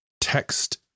text